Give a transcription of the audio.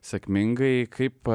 sėkmingai kaip